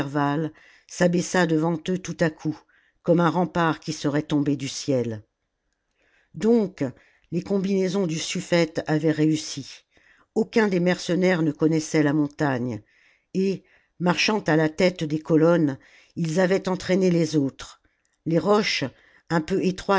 s'abaissa devant eux tout à coup comme un rempart qui serait tombé du ciel donc les combinaisons du suffete avaient réussi aucun des mercenaires ne connaissait la montagne et marchant à la tête des colonnes ils avaient entraîné les autres les roches un peu